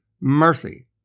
mercy